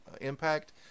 impact